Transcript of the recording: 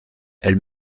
elle